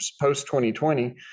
post-2020